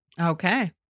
Okay